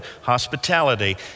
hospitality